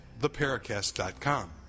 theparacast.com